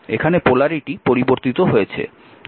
এখানে পোলারিটি পরিবর্তিত হয়েছে